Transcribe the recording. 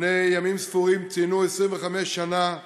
לפני ימים ספורים ציינו 25 שנה,